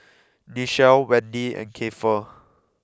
Nichelle Wendy and Kiefer